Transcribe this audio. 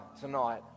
tonight